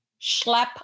schlep